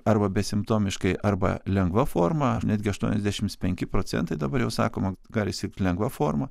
arba besimptomiškai arba lengva forma ar netgi aštuoniasdešims penki procentai dabar jau sakoma gali sirgt lengva forma